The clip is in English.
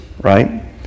right